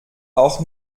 auch